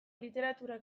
literatura